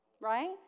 right